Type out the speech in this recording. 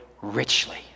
richly